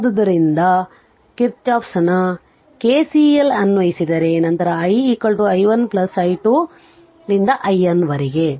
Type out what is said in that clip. ಆದ್ದರಿಂದ ಕಿರ್ಚಾಫ್Kirchhoff'sನ KCL ಅನ್ನು ಅನ್ವಯಿಸಿದರೆ ನಂತರ i i1 ಪ್ಲಸ್ i2 ರಿಂದ iN ವರೆಗೆ